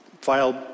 filed